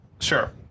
Sure